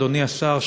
אדוני השר,